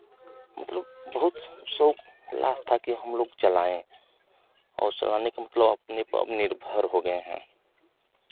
मतलब बहुत शौक उल्लास था कि हम लोग चलाएँ और चलाने का मतलब अपने पर निर्भर हो गए हैं